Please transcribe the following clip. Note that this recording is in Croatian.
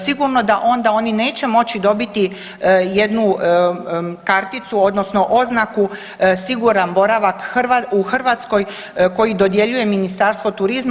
Sigurno da onda oni neće moći dobiti jednu karticu, odnosno oznaku siguran boravak u Hrvatskoj koji dodjeljuje Ministarstvo turizma.